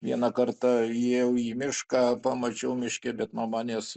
vieną kartą įėjau į mišką pamačiau miške bet nuo manęs